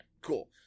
cool